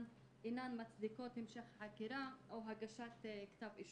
אינן מצדיקות המשך חקירה או הגשת כתב אישום.